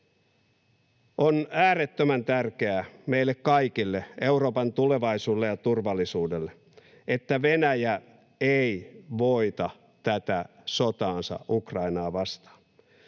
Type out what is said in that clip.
On äärettömän tärkeää meille kaikille, Euroopan tulevaisuudelle ja turvallisuudelle, että Venäjä ei voita tätä sotaansa Ukrainaa vastaan.